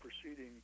proceeding